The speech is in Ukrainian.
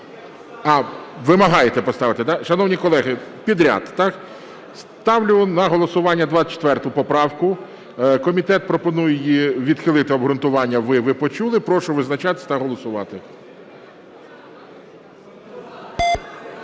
Вимагаєте поставити. Шановні колеги, підряд. Ставлю на голосування 24 поправку, комітет її пропонує відхилити, обґрунтування ви почули. Прошу визначатися та голосувати.